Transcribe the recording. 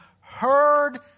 heard